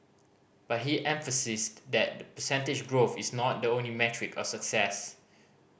but he emphasised that percentage growth is not the only metric of success